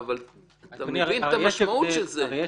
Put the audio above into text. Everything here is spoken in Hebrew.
אבל אתה מבין את המשמעות של זה?